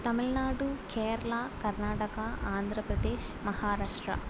Tamil Nadu Kerala Karnataka Andhra Pradesh Maharashtra